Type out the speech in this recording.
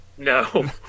No